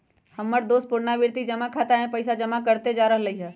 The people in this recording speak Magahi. हमर दोस पुरनावृति जमा खता में पइसा जमा करइते जा रहल हइ